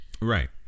right